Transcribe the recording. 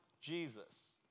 Jesus